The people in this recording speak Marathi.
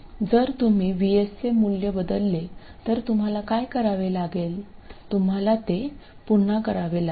जर तुम्ही VS चे मूल्य बदलले तर तुम्हाला काय करावे लागेल तुम्हाला ते पुन्हा करावे लागेल